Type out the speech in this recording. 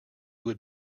would